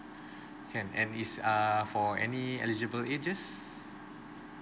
can and is err for any eligible ages